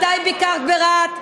מתי ביקרת ברהט?